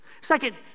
Second